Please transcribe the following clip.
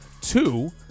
Two